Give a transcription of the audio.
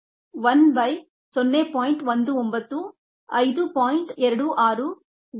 35 1 by 0